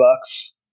bucks